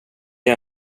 jag